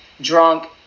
drunk